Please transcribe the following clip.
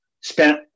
spent